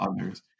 others